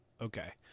Okay